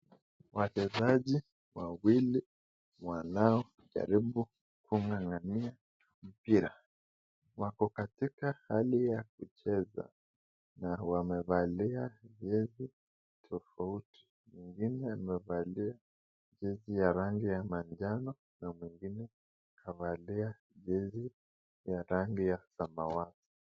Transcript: Wachezaji wawili wanaojaribu kungangania mpira wako katika hali ya kucheza, na wamevalia jezi tofauti, mwengine amevalia jesi ya rangi ya manjano na mwengine amevalia jezi ya rangi ya samawati.